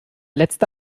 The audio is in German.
letzte